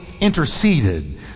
interceded